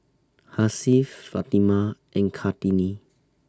Hasif Fatimah and Kartini